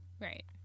right